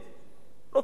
לא קורע ספרים,